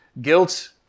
guilt